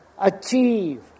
achieve